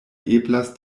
eblas